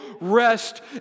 rest